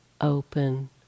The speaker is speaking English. open